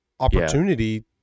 Opportunity